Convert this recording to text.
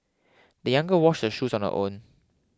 the young girl washed her shoes on her own